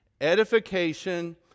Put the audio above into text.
edification